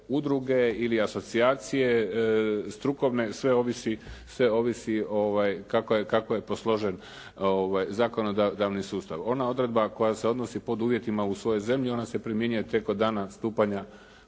udruge ili asocijacije strukovne, sve ovisi kako je posložen zakonodavni sustav. Ona odredba koja se odnosi pod uvjetima u svojoj zemlji, ona se primjenjuje tek od dana pristupanja